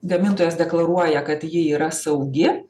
gamintojas deklaruoja kad ji yra saugi